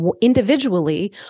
individually